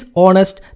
honest